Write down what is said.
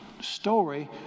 story